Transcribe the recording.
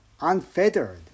unfettered